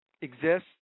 exists